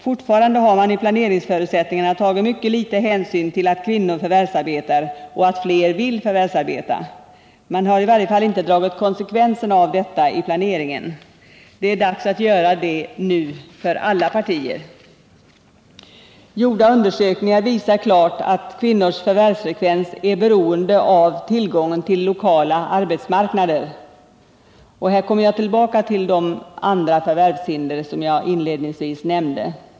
Fortfarande har man i planeringsförutsättningarna tagit mycket liten hänsyn till att kvinnor förvärvsarbetar och att fler vill förvärvsarbeta. Man har i varje fall inte dragit konsekvenserna av detta vid planeringen. Det är nu dags för alla partier att göra detta. Gjorda undersökningar visar klart att kvinnors förvärvsfrekvens är beroende av tillgången till lokala arbetsmarknader, och här kommer jag tillbaka till de andra förvärvshinder som jag inledningsvis nämnde.